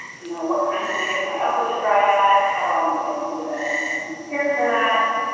you know what kinds of data. can i upload a dryad. how do i need to get my data prepared for that.